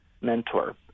mentor